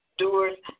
doers